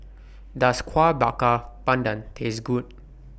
Does Kueh Bakar Pandan Taste Good